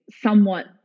somewhat